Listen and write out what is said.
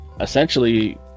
essentially